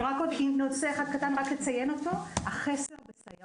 רק עם נושא אחד קטן, רק לציין אותו, החסר ב...